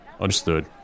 Understood